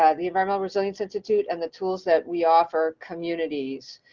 ah the environmental resilience institute and the tools that we offer communities.